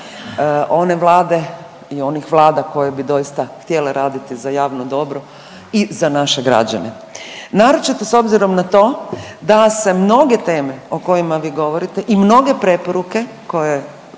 one Vlade i onih Vlada koje bi doista htjele raditi za javno dobro i za naše građane, naročito s obzirom na to da se mnoge teme o kojima vi govorite i mnoge preporuke koje